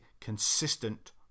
consistent